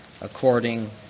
according